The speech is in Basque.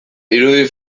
irudi